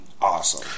awesome